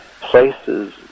places